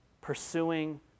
pursuing